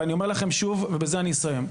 ואני אומר לכם שוב, ובזה אני אסיים.